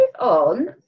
on